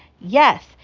yes